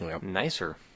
Nicer